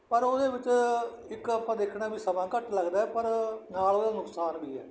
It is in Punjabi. ਪਰ ਉਹਦੇ ਵਿੱਚ ਇੱਕ ਆਪਾਂ ਦੇਖਣਾ ਵੀ ਸਮਾਂ ਘੱਟ ਲੱਗਦਾ ਹੈ ਪਰ ਨਾਲ ਉਹਦਾ ਨੁਕਸਾਨ ਵੀ ਹੈ